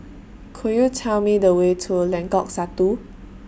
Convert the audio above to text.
Could YOU Tell Me The Way to Lengkok Satu